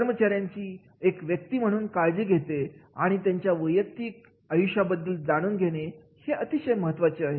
कर्मचाऱ्यांची एक व्यक्ती म्हणून काळजी घेणे त्यांच्या वैयक्तिक आयुष्याबद्दल जाणून घेणे हे फार महत्त्वाचे आहे